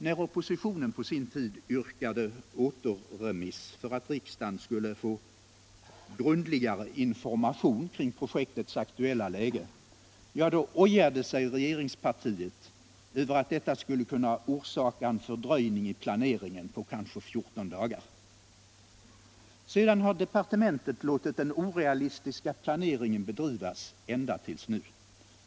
När oppositionen på sin tid yrkade återremiss till näringsutskottet för att riksdagen skulle få grundligare informationer kring projektets aktuella läge — ja, då ojade sig regeringspartiet över att detta kunde orsaka en fördröjning i planeringen på kanske 14 dagar. Sedan har departementet låtit den orealistiska planeringen bedrivas ända till nu.